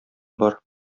бар